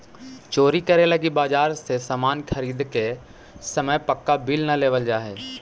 चोरी करे लगी बाजार से सामान ख़रीदे के समय पक्का बिल न लेवल जाऽ हई